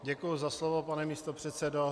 Děkuji za slovo, pane místopředsedo.